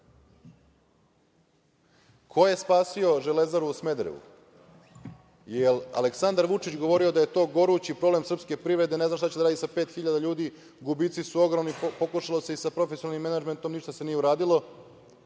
Ko je spasio Železaru u Smederevu? Je li Aleksandar Vučić govorio da je to gorući problem srpske privrede? Ne zna šta će da radi sa 5.000 ljudi, gubici su ogromni, pokušalo se i sa profesionalnim menadžmentom, ništa se nije uradilo.